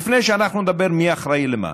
לפני שאנחנו נדבר מי אחראי למה,